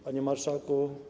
Panie Marszałku!